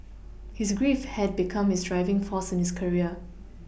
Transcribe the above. his grief had become his driving force in his career